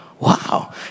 wow